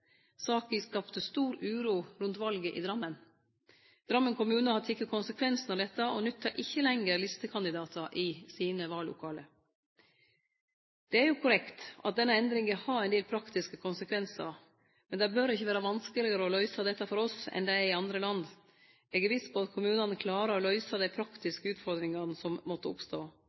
Saka skapte stor uro rundt valet i Drammen. Drammen kommune har teke konsekvensen av dette, og nyttar ikkje lenger listekandidatar i vallokala sine. Det er korrekt at denne endringa har ein del praktiske konsekvensar, men det bør ikkje vere vanskelegare å løyse dette for oss enn det er for andre land. Eg er viss på at kommunane klarar å løyse dei praktiske utfordringane som måtte oppstå.